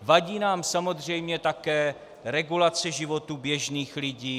Vadí nám samozřejmě také regulace životů běžných lidí.